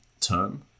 term